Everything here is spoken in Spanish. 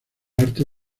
arte